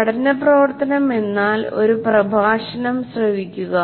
പഠന പ്രവർത്തനം എന്നാൽ ഒരു പ്രഭാഷണം ശ്രവിക്കുക